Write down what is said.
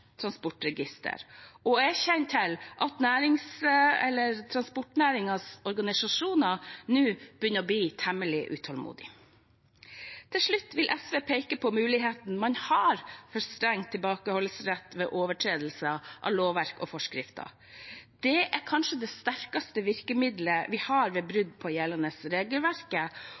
Jeg kjenner til at transportnæringens organisasjoner nå begynner å bli temmelig utålmodige. Til slutt vil SV peke på muligheten man har for streng tilbakeholdsrett ved overtredelse av lovverk og forskrifter. Det er kanskje det sterkeste virkemiddelet vi har ved brudd på gjeldende